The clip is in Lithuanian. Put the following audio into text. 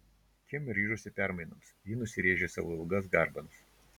kim ryžosi permainoms ji nusirėžė savo ilgas garbanas